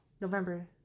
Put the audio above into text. November